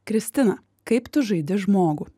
kristina kaip tu žaidi žmogų